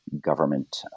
government